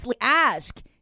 ask